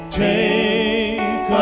take